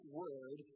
word